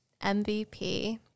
MVP